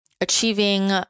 achieving